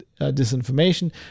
disinformation